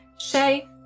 Shay